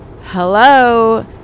hello